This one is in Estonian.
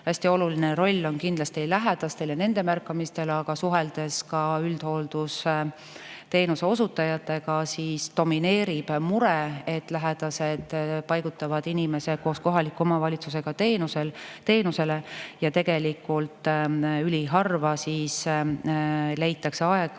Hästi oluline roll on kindlasti lähedastel ja nende märkamistel, aga kui suhelda üldhooldusteenuse osutajatega, siis domineerib mure, et lähedased paigutavad koos kohaliku omavalitsusega inimese teenusele ja tegelikult üliharva leitakse aega,